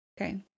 Okay